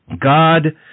God